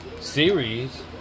series